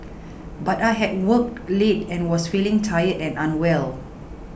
but I had worked late and was feeling tired and unwell